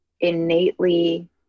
innately